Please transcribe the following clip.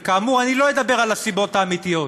וכאמור, אני לא אדבר על הסיבות האמיתיות,